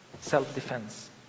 Self-defense